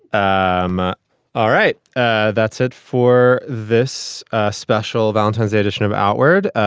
um all right ah that's it for this special valentine's day edition of outward.